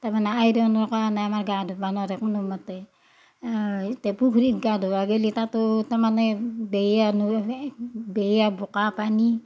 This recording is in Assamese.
তাৰমানে আইৰণৰ কাৰণে আমাৰ গা ধুবা নৰেই কোনোমতে ইতা পুখুৰীত গা ধুবা গেলি তাতেও তাৰমানে বেয়া নোৰোহে বেয়া বোকা পানী